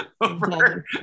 over